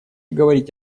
говорить